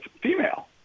female